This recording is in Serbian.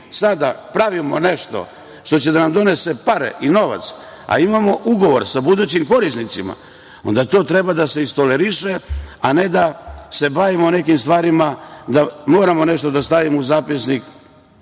sada pravimo nešto što će da vam donese pare i novac, a imamo ugovor sa budućim korisnicima, onda to treba da se istoleriše, a ne da se bavimo nekim stvarima, da samo nešto stavimo u zapisnik,